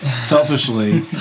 selfishly